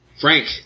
Frank